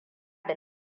da